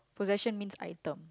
possession means item